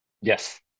Yes